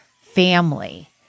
family